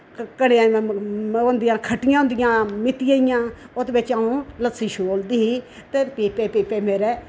घड़ेया होन्दिया खट्टिया मिट्टिये ही हा ओह्दे च अ'ऊं लस्सी छोलदी दी ते पीपे पीपे मेरे